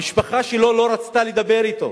המשפחה שלו לא רצתה לדבר אתו,